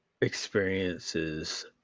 experiences